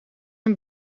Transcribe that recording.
een